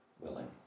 willing